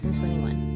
2021